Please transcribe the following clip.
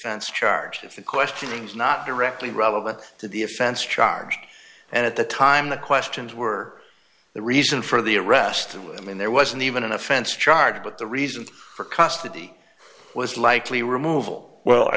offense charge of the questions not directly relevant to the offense charged and at the time the questions were the reason for the arrest of i mean there wasn't even an offense charge but the reason for custody was likely removal well i